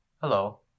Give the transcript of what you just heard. hello